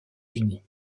unis